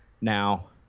Now